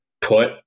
put